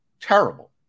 Terrible